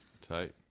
tight